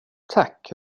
tack